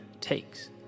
takes